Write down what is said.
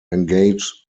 engage